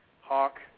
Hawk